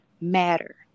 matter